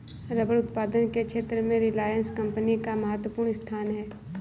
rubber उत्पादन के क्षेत्र में रिलायंस कम्पनी का महत्त्वपूर्ण स्थान है